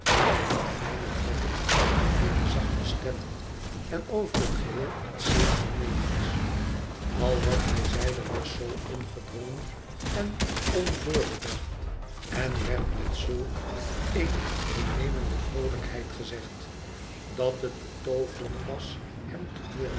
maar hij had fijne trekken en eene zachte stem en over het geheel iets zeer innemends al wat hij zeide was zoo ongedwongen en onvoorbedacht en werd met zulk eene innemende vroolijkheid gezegd dat het betooverend was hem te hooren